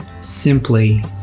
simply